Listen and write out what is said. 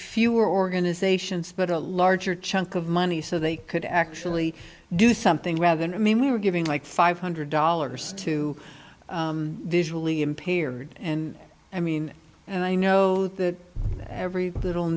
fewer organizations but a larger chunk of money so they could actually do something rather than i mean we were giving like five hundred dollars to digitally impaired and i mean and i know that every little